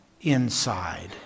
inside